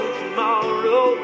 tomorrow